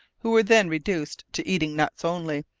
who were then reduced to eating nuts only,